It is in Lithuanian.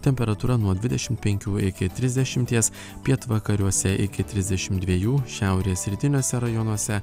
temperatūra nuo dvidešim penkių iki trisdešimties pietvakariuose iki trisdešim dviejų šiaurės rytiniuose rajonuose